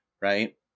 right